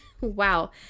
wow